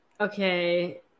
okay